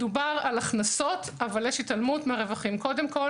מדובר בהכנסות אבל יש התעלמות מההוצאות.